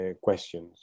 questions